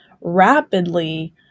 rapidly